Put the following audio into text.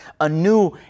anew